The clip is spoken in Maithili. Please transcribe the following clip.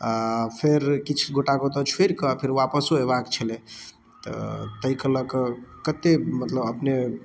आओर फेर किछु गोटाके ओतऽ छोड़िके फेर वापसो अएबाके छलै तऽ ताहिके लऽ कऽ कतेक मतलब अपने